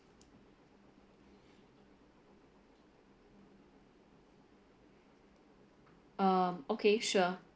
um okay sure